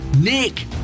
Nick